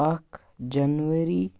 اَکھ جَنؤری